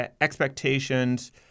expectations